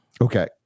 Okay